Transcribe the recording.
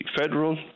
Federal